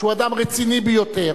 שהוא אדם רציני ביותר,